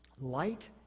light